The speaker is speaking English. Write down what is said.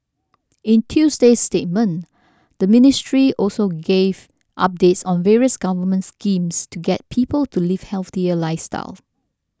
in Tuesday's statement the ministry also gave updates on various government schemes to get people to live healthier lifestyles